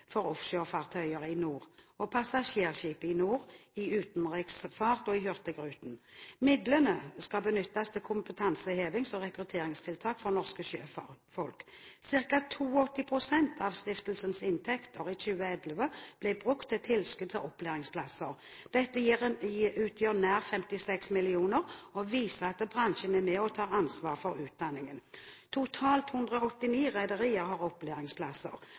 for offshorefartøyer i NOR og passasjerskip i NOR i utenriksfart og i Hurtigruten. Midlene skal benyttes til kompetansehevings- og rekrutteringstiltak for norske sjøfolk. Cirka 82 pst. av stiftelsens inntekter i 2011 ble brukt til tilskudd til opplæringsplasser. Dette utgjør nær 56 mill. kr og viser at bransjen er med og tar ansvar for utdanningen. Totalt 198 rederier har opplæringsplasser.